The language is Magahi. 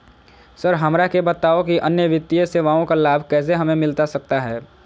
सर हमरा के बताओ कि अन्य वित्तीय सेवाओं का लाभ कैसे हमें मिलता सकता है?